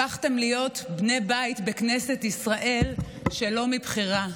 הפכתם להיות בני בית בכנסת ישראל שלא מבחירה.